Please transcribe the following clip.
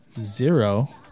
zero